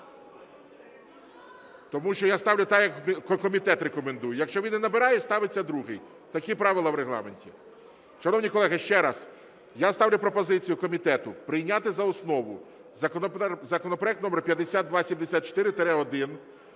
Тому що я ставлю так, як комітет рекомендує. Якщо він не набирає, ставиться другий. Такі правила в Регламенті. Шановні колеги, ще раз. Я ставлю пропозицію комітету: прийняти за основу законопроект № 5274-1.